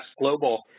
Global